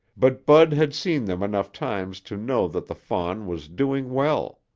but bud had seen them enough times to know that the fawn was doing well.